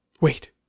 Wait